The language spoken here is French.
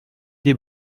des